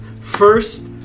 First